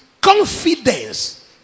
confidence